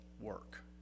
work